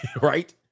Right